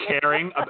caring